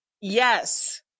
yes